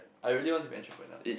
I really want to be entrepreneur